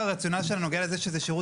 והרציונל שלה נוגע בעיקר לכך שזהו שירות